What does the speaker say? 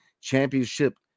championship